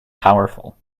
powerful